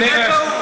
איפה הוא?